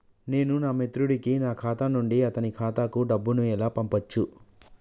నేను నా మిత్రుడి కి నా ఖాతా నుండి అతని ఖాతా కు డబ్బు ను ఎలా పంపచ్చు?